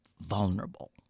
vulnerable